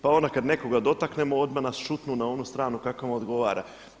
Pa onda kad nekoga dotaknemo odmah nas šutnu na onu stranu kako nam odgovora.